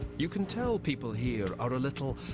you can tell people here are a little.